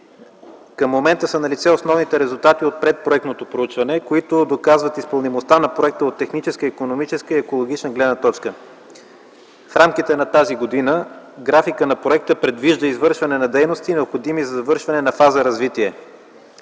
към момента са налице основните резултати от предпроектното проучване, които доказват изпълнимостта на проекта от техническа, икономическа и екологична гледни точки. В рамките на тази година графикът на проекта предвижда извършване на дейности, необходими за довършване на фаза развитие.